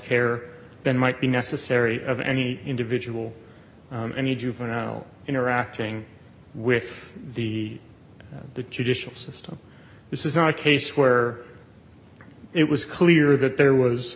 care than might be necessary of any individual any juvenile interacting with the the judicial system this is not a case where it was clear that there was